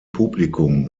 publikum